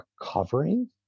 recovering